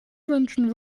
wünschen